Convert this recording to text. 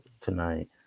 tonight